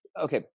okay